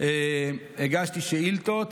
הגשתי שאילתות